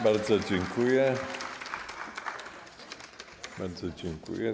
Bardzo dziękuję, bardzo dziękuję.